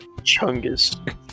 Chungus